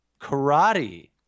karate